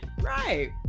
Right